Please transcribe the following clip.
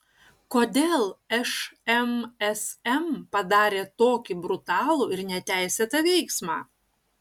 kodėl šmsm padarė tokį brutalų ir neteisėtą veiksmą